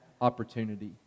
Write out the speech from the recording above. opportunity